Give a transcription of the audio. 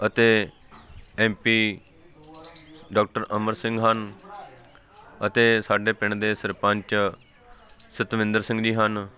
ਅਤੇ M P doctor Amar Singh ਹਨ ਅਤੇ ਸਾਡੇ ਪਿੰਡ ਦੇ ਸਰਪੰਚ ਸਤਵਿੰਦਰ ਸਿੰਘ ਜੀ ਹਨ